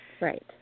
Right